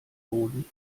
boden